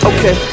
Okay